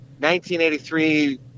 1983